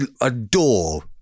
adore